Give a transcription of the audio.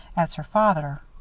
as her father.